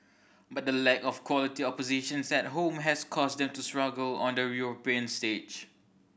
but the lack of quality oppositions at home has caused them to struggle on the European stage